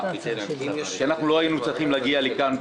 אנחנו במצב מאוד קשה,